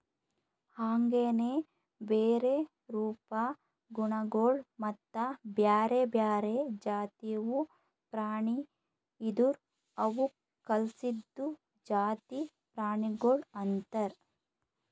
ಹಾಂಗೆನೆ ಬೇರೆ ರೂಪ, ಗುಣಗೊಳ್ ಮತ್ತ ಬ್ಯಾರೆ ಬ್ಯಾರೆ ಜಾತಿವು ಪ್ರಾಣಿ ಇದುರ್ ಅವುಕ್ ಕಲ್ಸಿದ್ದು ಜಾತಿ ಪ್ರಾಣಿಗೊಳ್ ಅಂತರ್